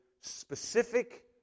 specific